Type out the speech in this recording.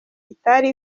itari